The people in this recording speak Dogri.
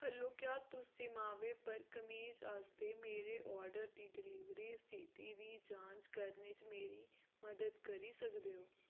हैलो क्या तुस जिवामे उप्पर कमीज आस्तै मेरे ऑर्डर दी डिलीवरी स्थिति दी जांच करने च मेरी मदद करी सकदे ओ